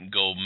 go